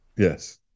Yes